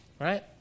right